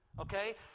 Okay